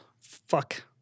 Fuck